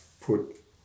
put